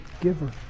giver